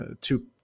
two